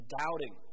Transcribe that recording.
doubting